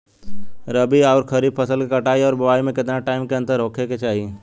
रबी आउर खरीफ फसल के कटाई और बोआई मे केतना टाइम के अंतर होखे के चाही?